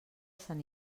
sant